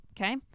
Okay